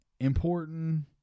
important –